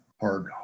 hard